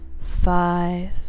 Five